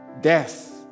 death